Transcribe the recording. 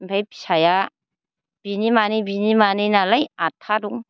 ओमफाय फिसाया बिनि मानै बिनि मानैनालाय आठथा दं